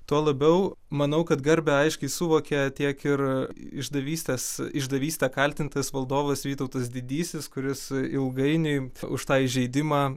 tuo labiau manau kad garbę aiškiai suvokė tiek ir išdavystės išdavyste kaltintas valdovas vytautas didysis kuris ilgainiui už tą įžeidimą